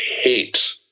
hate